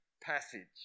passage